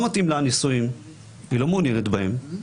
מתאים לה הנישואים והיא לא מעוניינת בהם,